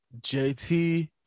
JT